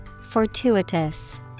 Fortuitous